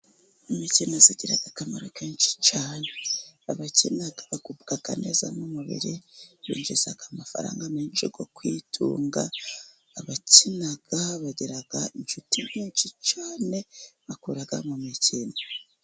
Imikino igira akamaro kenshi cyane, abakina bagubwa neza m'umubiri, binjiza amafaranga menshi ko kwitunga, abakina bagira inshuti nyinshi cyane bakura mu mikino.